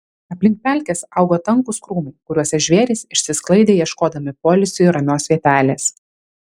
aplink pelkes augo tankūs krūmai kuriuose žvėrys išsisklaidė ieškodami poilsiui ramios vietelės